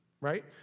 right